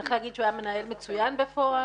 צריך להגיד שהוא היה מנהל מצוין בפועל.